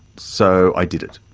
so i did it.